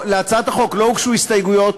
להצעת החוק לא הוגשו הסתייגויות,